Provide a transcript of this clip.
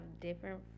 different